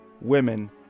women